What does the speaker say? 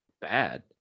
bad